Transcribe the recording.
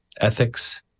ethics